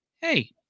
Hey